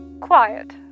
quiet